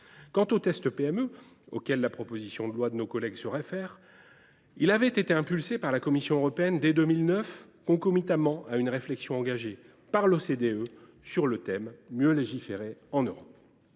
Quant au « test PME » auquel la proposition de loi de nos collègues se réfère, il avait été impulsé par la Commission européenne dès 2009, concomitamment à une réflexion engagée par l’OCDE sur le thème « Mieux légiférer en Europe ».